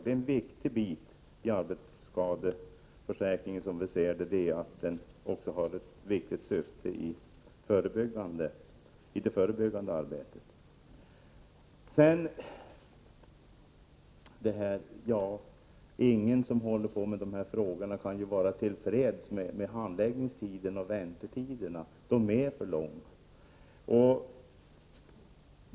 Det är viktigt att arbetsskadeförsäkringen även har ett syfte i det förebyggande arbetet. Ingen som håller på med dessa frågor kan vara till freds med handläggningstiderna och väntetiderna. De är för långa.